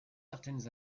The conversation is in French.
certaines